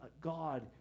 God